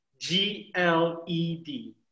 G-L-E-D